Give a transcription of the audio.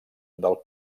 del